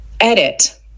edit